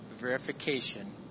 verification